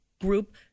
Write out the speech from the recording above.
group